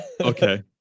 Okay